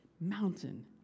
mountain